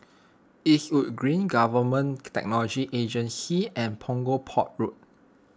Eastwood Green Government Technology Agency and Punggol Port Road